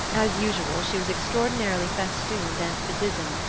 as usual, she was extraordinarily festooned and bedizened,